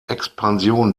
expansion